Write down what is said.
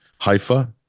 Haifa